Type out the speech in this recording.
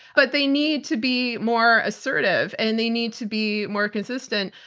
but they need to be more assertive, and they need to be more consistent.